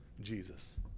Jesus